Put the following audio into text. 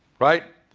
right?